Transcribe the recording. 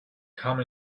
come